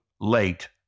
late